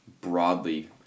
broadly